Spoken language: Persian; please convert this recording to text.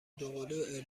دوقلوی